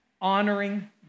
Honoring